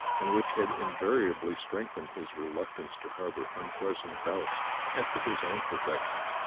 and which had invariably strengthened his reluctance to harbour unpleasant doubts as to his own perfections,